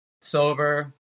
sober